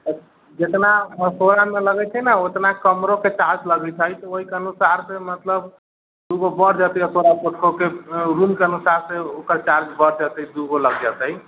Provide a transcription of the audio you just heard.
जितना असोरामे लगैत छै ने उतना कमरोके चार्ज लगैत छै तऽ ओहिके अनुसारसँ मतलब दू गो बढ़ि जेतै असोराके रूमके अनुसारसँ ओकर चार्ज बढ़ि जेतै दूगो लागि जेतै